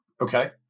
Okay